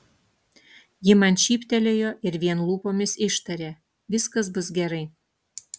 ji man šyptelėjo ir vien lūpomis ištarė viskas bus gerai